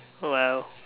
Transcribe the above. !wow!